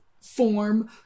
form